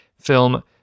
film